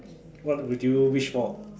what would you wish for